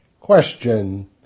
Question